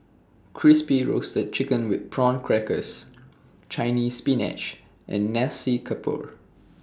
Crispy Roasted Chicken with Prawn Crackers Chinese Spinach and Nasi Campur